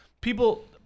people